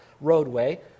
roadway